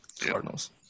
Cardinals